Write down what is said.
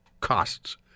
costs